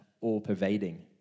all-pervading